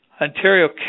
Ontario